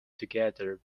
together